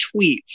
tweets